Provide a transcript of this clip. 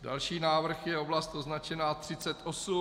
Další návrh je oblast označená 38.